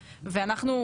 ואנחנו,